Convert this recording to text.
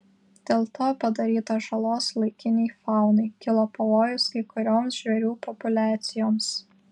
dėl to padaryta žalos laikinei faunai kilo pavojus kai kurioms žvėrių populiacijoms